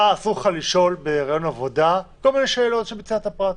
לך אסור לשאול בריאיון עבודה כל מיני שאלות שהן צנעת הפרט: